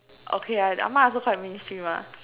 okay ah mine also quite mainstream ah